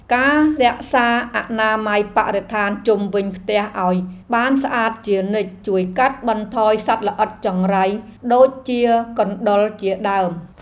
ការរក្សាអនាម័យបរិស្ថានជុំវិញផ្ទះឱ្យបានស្អាតជានិច្ចជួយកាត់បន្ថយសត្វល្អិតចង្រៃដូចជាកណ្តុរជាដើម។